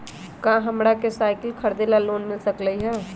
का हमरा के साईकिल खरीदे ला लोन मिल सकलई ह?